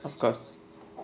of course